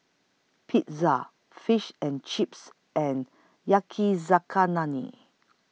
Pizza Fish and Chips and Yakizakana Lee